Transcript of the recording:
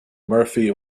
murphy